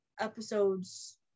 episodes